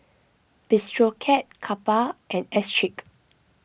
Bistro Cat Kappa and Schick